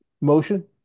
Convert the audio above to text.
motion